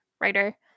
writer